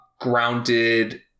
grounded